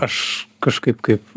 aš kažkaip kaip